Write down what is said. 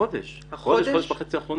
בחודש וחצי האחרונים.